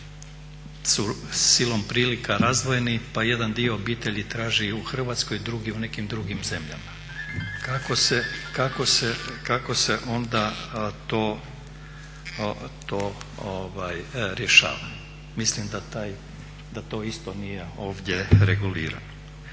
su silom prilika razdvojeni pa jedan dio obitelji traži u Hrvatskoj, drugi u nekim drugim zemljama. Kako se onda to rješava? Mislim da to isto nije ovdje regulirano.